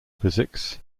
physics